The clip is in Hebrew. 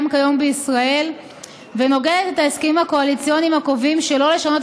כיום בישראל ונוגדת את ההסכמים הקואליציוניים הקובעים שלא לשנות